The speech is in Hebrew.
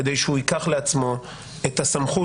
כדי שהוא ייקח לעצמו את הסמכות,